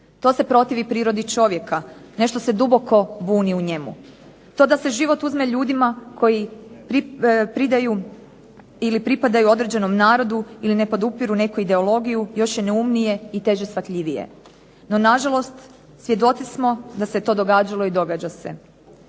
To se protivi prirodi čovjeka, nešto se duboko buni u njemu, to da se život uzme ljudima koji pripadaju određenom narodu ili ne podupiru neku ideologiju još je neumnije i teže shvatljivije. NO, na žalost svjedoci smo da se to događalo i događa se.